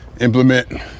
implement